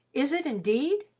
is it, indeed!